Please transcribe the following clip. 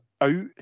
out